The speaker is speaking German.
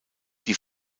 die